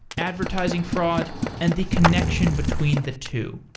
advertising fraud and the connection between the two.